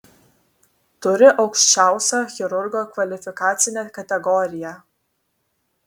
turi aukščiausią chirurgo kvalifikacinę kategoriją